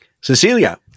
Cecilia